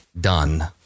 done